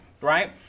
right